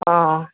ꯑꯥ